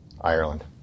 ireland